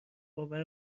باور